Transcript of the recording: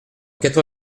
quatre